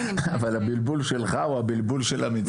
אבל הבלבול שלך הוא הבלבול של המציאות.